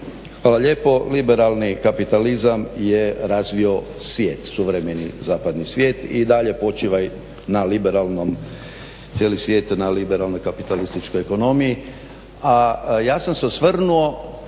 Hvala lijepo. Liberalni kapitalizam je razvio svijet, suvremeni zapadni svijet i dalje počiva cijeli svijet na liberalnoj kapitalističkoj ekonomiji. A ja sam se osvrnuo